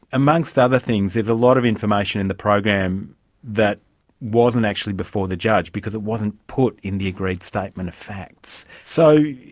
amongst other things there is a lot of information in the program that wasn't actually before the judge because it wasn't put in the agreed statement of facts. so,